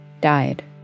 died